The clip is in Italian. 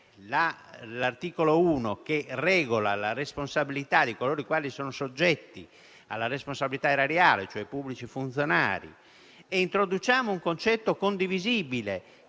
l'articolo 1, che regola la responsabilità di coloro i quali sono soggetti alla responsabilità erariale (cioè i pubblici funzionari), e introduciamo un concetto condivisibile,